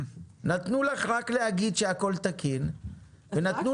נתנו לך רק להגיד שהכול תקין ונתנו